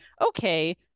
okay